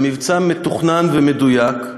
במבצע מתוכנן ומדויק,